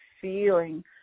feeling